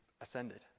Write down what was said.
ascended